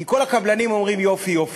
כי כל הקבלנים אומרים: יופי, יופי.